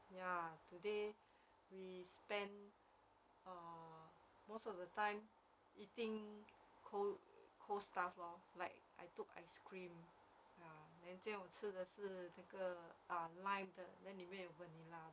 ya today we spent err most of the time eating cold cold stuff lor like I took ice cream ya then 今天我吃的是那个 lime 的 then 里面有 vanilla 的